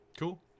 Cool